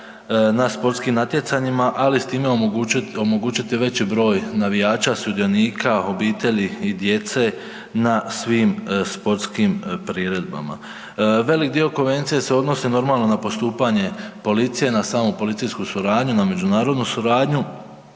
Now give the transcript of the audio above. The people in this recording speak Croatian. na sportskim natjecanjima, ali s time omogućit, omogućiti veći broj navijača, sudionika, obitelji i djece na svim sportskim priredbama. Velik dio konvencije se odnosi normalno na postupanje policije, na samu policijsku suradnju, na međunarodnu suradnju,